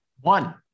One